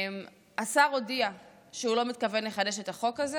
השר הודיע שהוא לא מתכוון לחדש את החוק הזה.